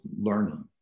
learning